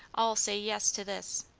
all say yes to this.